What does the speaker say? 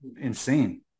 insane